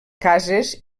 cases